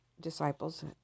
disciples